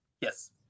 yes